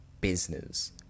business